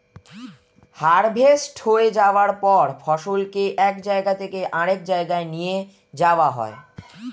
harvest হয়ে যাওয়ার পর ফসলকে এক জায়গা থেকে আরেক জায়গায় নিয়ে যাওয়া হয়